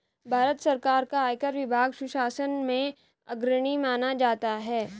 भारत सरकार का आयकर विभाग सुशासन में अग्रणी माना जाता है